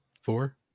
Four